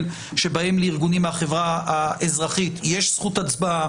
שבהן לארגונים מהחברה האזרחית יש זכות הצבעה,